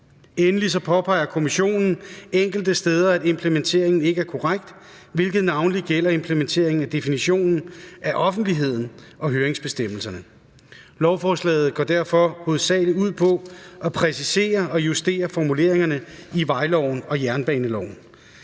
Endelig påpeger Kommissionen enkelte steder, at implementeringen ikke er korrekt, hvilket navnlig gælder implementeringen af definitionen af offentligheden og høringsbestemmelserne. Lovforslaget går derfor hovedsagelig ud på at præcisere og justere formuleringerne i vejloven og jernbaneloven.